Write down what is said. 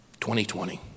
2020